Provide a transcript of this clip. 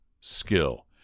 skill